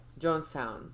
Jonestown